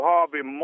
Harvey